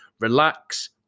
relax